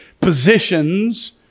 positions